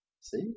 See